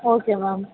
okay ma'am